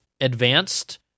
advanced